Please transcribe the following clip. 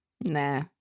nah